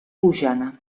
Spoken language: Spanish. guyana